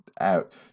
out